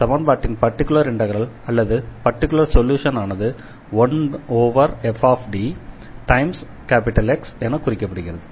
எனவே சமன்பாட்டின் particular integral அல்லது பர்டிகுலர் சொல்யூஷன் ஆனது 1fDXஎன குறிக்கப்படுகிறது